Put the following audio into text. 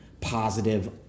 positive